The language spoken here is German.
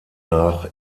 nach